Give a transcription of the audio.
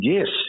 Yes